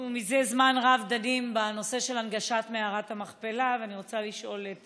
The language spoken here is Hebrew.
זה זמן רב אנחנו דנים בנושא של הנגשת מערת המכפלה ואני רוצה לשאול את